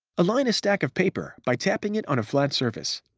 align a stack of paper by tapping it on a flat surface.